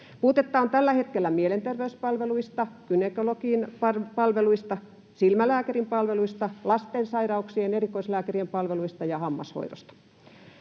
Puutetta on tällä hetkellä mielenterveyspalveluista, gynekologin palveluista, silmälääkärin palveluista, lasten sairauksien erikoislääkärien palveluista ja hammashoidosta.